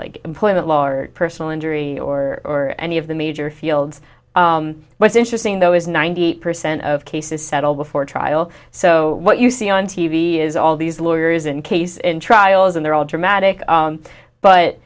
like employment large personal injury or any of the major fields what's interesting though is ninety eight percent of cases settle before trial so what you see on t v is all these lawyers and case and trials and they're all dramatic